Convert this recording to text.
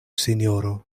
sinjoro